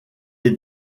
est